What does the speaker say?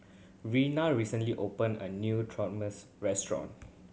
Reina recently opened a new Trenmusu restaurant